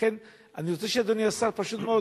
לכן, אני רוצה שאדוני השר פשוט מאוד